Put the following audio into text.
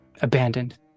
Abandoned